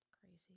Crazy